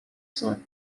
sua